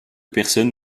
personne